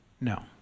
No